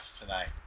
tonight